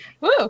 Woo